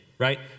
Right